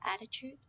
attitude